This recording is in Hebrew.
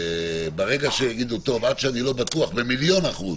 ברגע שיגידו: טוב, עד שאני לא בטוח במיליון אחוז